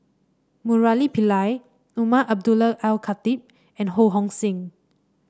Murali Pillai Umar Abdullah Al Khatib and Ho Hong Sing